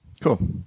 Cool